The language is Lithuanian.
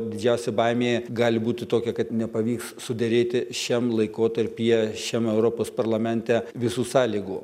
didžiausia baimė gali būti tokia kad nepavyks suderėti šiam laikotarpyje šiame europos parlamente visų sąlygų